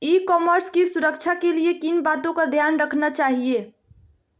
ई commerce की सुरक्षा के लिए किन बातों का ध्यान रखना चाहिए?